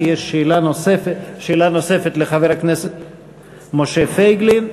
כי יש שאלה נוספת לחבר הכנסת משה פייגלין,